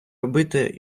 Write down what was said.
зробити